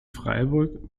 freiburg